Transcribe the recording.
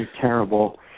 terrible